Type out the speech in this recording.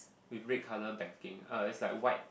with red colour backing uh it's like white